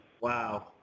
wow